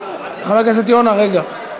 חבר הכנסת יונה, רגע.